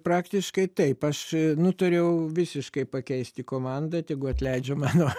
praktiškai taip aš nutariau visiškai pakeisti komandą tegu atleidžia mano